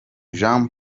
joão